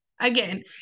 again